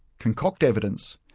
concoct evidence,